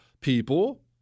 people